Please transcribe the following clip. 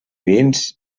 vins